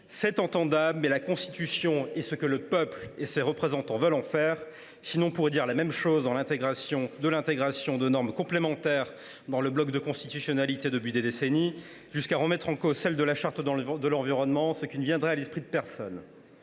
mais je rappelle que la Constitution est ce que le peuple et ses représentants veulent en faire. Sinon, on pourrait adresser le même reproche à l’intégration de normes complémentaires dans le bloc de constitutionnalité depuis des décennies, jusqu’à remettre en cause celle de la Charte de l’environnement, ce qui ne viendrait à l’esprit de personne.